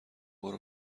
برو